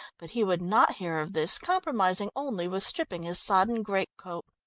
but he would not hear of this, compromising only with stripping his sodden great coat.